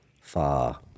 far